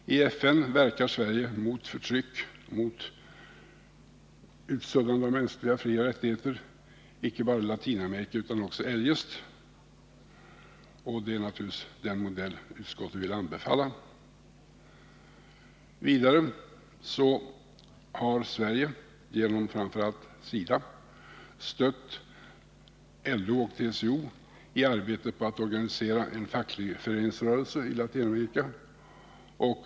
I FN verkar Sverige mot förtryck, mot utsuddande av mänskliga frioch rättigheter icke bara i Latinamerika utan också eljest. Och det är naturligtvis den modeil som utskottet vill anbefalla. Vidare har Sverige genom framför allt SIDA stött LO och TCO i arbetet på att organisera en fackföreningsrörelse i Latinamerika.